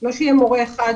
מה המתווה?